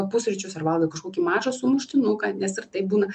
pusryčius ar valgo kažkokį mažą sumuštinuką nes ir taip būna